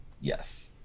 yes